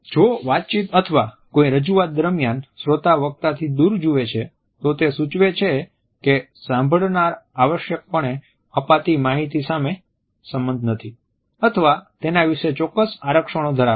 જો વાતચીત અથવા કોઈ રજૂઆત દરમિયાન શ્રોતા વક્તા થી દૂર જુએ છે તો તે સૂચવે છે કે સાંભળનાર આવશ્યકપણે અપાતી માહિતી સાથે સંમત નથી અથવા તેના વિશે ચોક્કસ આરક્ષણો ધરાવે છે